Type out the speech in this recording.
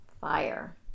fire